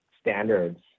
standards